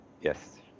Yes